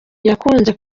yakunze